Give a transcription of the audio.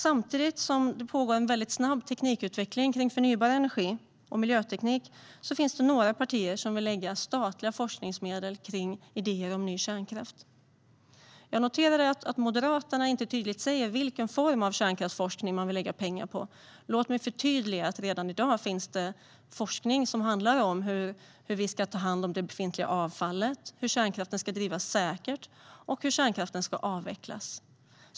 Samtidigt som det pågår en väldigt snabb teknikutveckling av förnybar energi och miljöteknik finns det några partier som vill lägga statliga forskningsmedel på idéer om ny kärnkraft. Jag noterar att Moderaterna inte tydligt säger vilken form av kärnkraftsforskning man vill lägga pengar på. Men låt mig förtydliga att det redan i dag finns forskning som handlar om hur vi ska ta hand om det befintliga avfallet, hur kärnkraften ska drivas säkert och hur kärnkraften ska avvecklas.